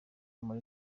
muri